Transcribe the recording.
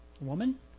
woman